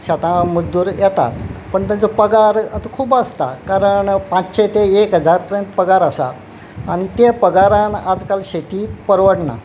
शेता मजदूर येतात पण तांचो पगार आतां खूब आसता कारण पांचशे ते एक हजार पर्यंत पगार आसा आनी ते पगारान आजकाल शेती परवडना